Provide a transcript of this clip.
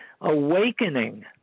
awakening